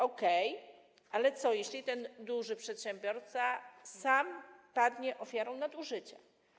Okej, ale co się stanie, jeśli ten duży przedsiębiorca sam padnie ofiarą nadużycia?